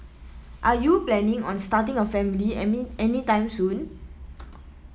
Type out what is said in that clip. are you planning on starting a family any anytime soon